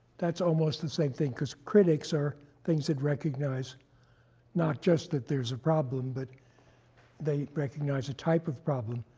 that's almost the same thing because critics are things that recognize not just that there's a problem, but they recognize a type of problem,